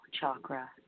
chakra